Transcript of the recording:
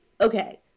okay